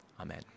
Amen